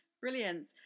Brilliant